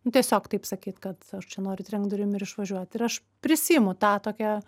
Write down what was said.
nu tiesiog taip sakyt kad aš čia noriu trenkt durim ir išvažiuot ir aš prisiimu tą tokią